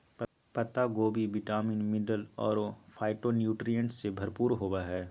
पत्ता गोभी vitamin, mineral अरो फाइटोन्यूट्रिएंट्स से भरपूर होबा हइ